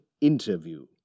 Interview